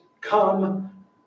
come